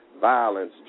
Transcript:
violence